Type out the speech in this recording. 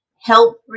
help